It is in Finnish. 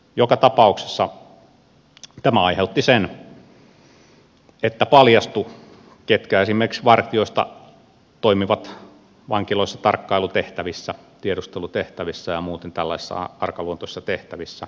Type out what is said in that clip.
joka tapauksessa tämä aiheutti sen että paljastui ketkä esimerkiksi vartijoista toimivat vankiloissa tarkkailutehtävissä tiedustelutehtävissä ja muuten tällaisissa arkaluontoisissa tehtävissä